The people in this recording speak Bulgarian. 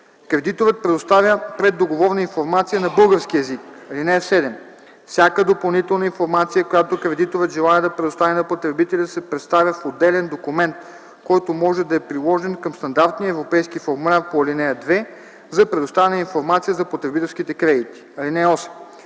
Кредиторът предоставя преддоговорната информация на български език. (7) Всяка допълнителна информация, която кредиторът желае да предостави на потребителя, се представя в отделен документ, който може да е приложен към стандартния европейски формуляр по ал. 2 за предоставяне на информация за потребителските кредити. (8)